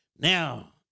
Now